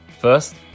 First